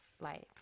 life